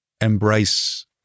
embrace